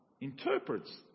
interprets